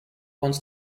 wants